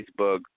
Facebook